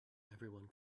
everyone